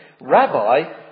Rabbi